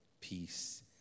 peace